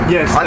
Yes